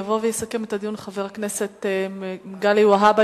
יבוא ויסכם את הדיון חבר הכנסת מגלי והבה,